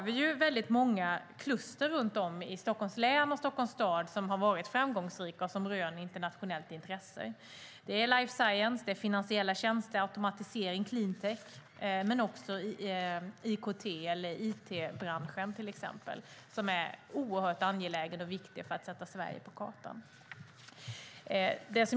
Vi har många kluster runt om, i Stockholms län och i Stockholms stad, som har varit framgångsrika och som röner internationellt intresse. Det är life science, det är finansiella tjänster, automatisering och clean tech men också till exempel it-branschen som är oerhört angelägen och viktig för att sätta Sverige på kartan.